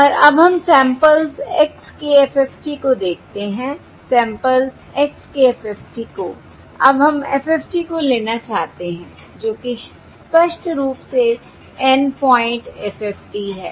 और अब हम सैंपल्स x के FFT को देखते हैं सैंपल्स x के FFT को अब हम FFT को लेना चाहते हैं जो कि स्पष्ट रूप से N पॉइंट FFT है